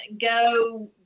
go